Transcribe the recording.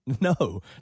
no